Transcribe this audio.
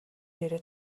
дээрээ